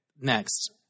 next